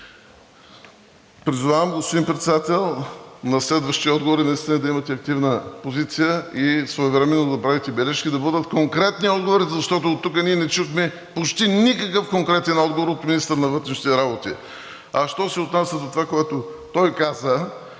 Призовавам, господин Председател, на следващи отговори наистина да имате активна позиция и своевременно да правите забележки да бъдат конкретни отговорите, защото оттук ние не чухме почти никакъв конкретен отговор от министъра на вътрешните работи. А що се отнася до това, което той каза,